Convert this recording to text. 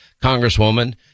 Congresswoman